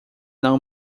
não